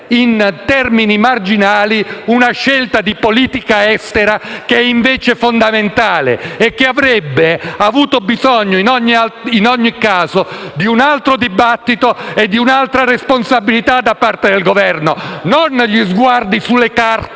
in termini marginali, una scelta di politica estera che invece è fondamentale e che avrebbe avuto bisogno, in ogni caso, di un altro dibattito e di un'altra responsabilità da parte del Governo; non gli sguardi sulle carte